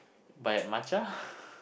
buy a matcha